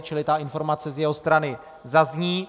Čili ta informace z jeho strany zazní.